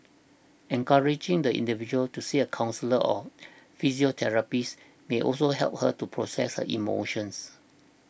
encouraging the individual to see a counsellor or psychotherapist may also help her to process her emotions